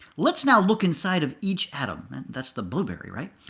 let's now look inside of each atom and thus the blueberry, right?